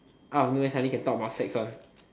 out of nowhere suddenly can talk about sex one